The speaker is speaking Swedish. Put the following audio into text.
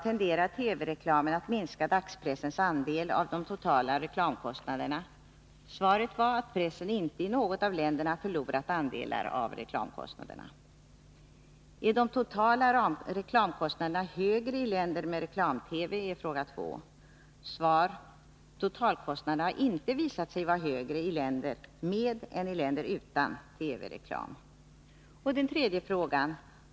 Tenderar TV-reklam att minska dagspressens andel av de totala reklamkostnaderna? Svaret var att pressen inte i något av länderna förlorat andelar av reklamkostnaderna. 2. Är de totala reklamkostnaderna högre i länder med reklam-TV? Svar: Totalkostnaderna har inte visat sig vara högre i länder med än i länder utan TV-reklam. 3.